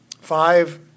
five